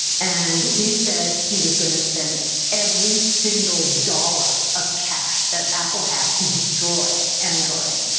and he said he was going to spend every single dollar of cash that apple had to destroy android.